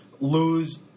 lose